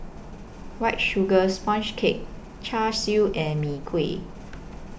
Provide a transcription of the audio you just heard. White Sugar Sponge Cake Char Siu and Mee Kuah